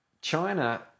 China